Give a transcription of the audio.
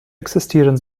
existieren